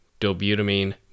dobutamine